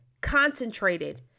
Concentrated